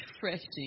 refreshing